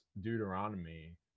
deuteronomy